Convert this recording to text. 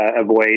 avoid